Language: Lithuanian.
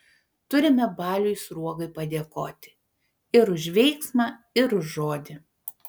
turime baliui sruogai padėkoti ir už veiksmą ir už žodį